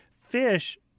fish